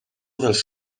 dels